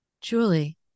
Julie